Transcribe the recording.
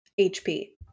HP